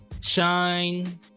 shine